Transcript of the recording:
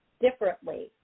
differently